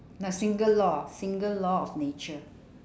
a single law single law of nature